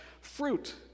fruit